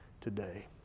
today